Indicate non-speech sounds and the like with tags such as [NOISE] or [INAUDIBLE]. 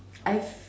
[NOISE] I've